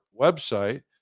website